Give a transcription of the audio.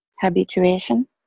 Habituation